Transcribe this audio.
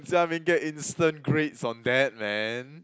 Jia-Ming get instant grades on that man